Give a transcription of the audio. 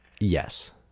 Yes